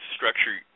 structure